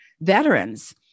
veterans